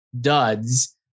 duds